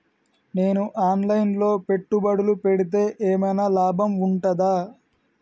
నేను online లో పెట్టుబడులు పెడితే ఏమైనా లాభం ఉంటదా?